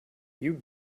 you